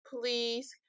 please